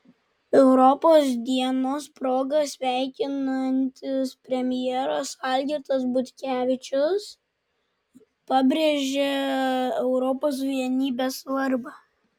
europos dienos proga sveikinantis premjeras algirdas butkevičius pabrėžia europos vienybės svarbą